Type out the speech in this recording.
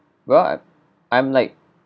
well I'm I'm like